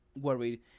worried